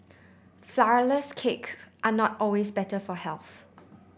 flourless cakes are not always better for health